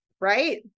Right